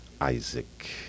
Isaac